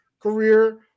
career